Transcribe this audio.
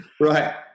right